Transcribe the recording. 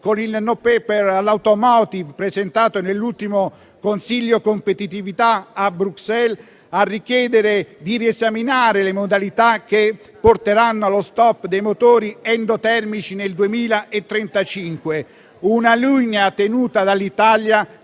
con il *non paper* per l'*automotive* presentato nell'ultimo Consiglio competitività a Bruxelles, a richiedere di riesaminare le modalità che porteranno allo stop dei motori endotermici nel 2035; una linea tenuta dall'Italia,